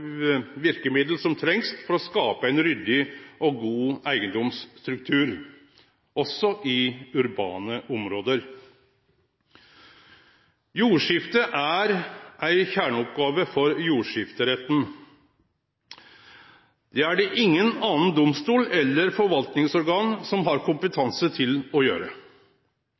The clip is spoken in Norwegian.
verkemiddel som trengst for å skape ein ryddig og god eigedomsstruktur, også i urbane område. Jordskifte er ei kjerneoppgåve for jordskifteretten. Det er det ingen annan domstol eller forvaltingsorgan som har kompetanse til å gjere.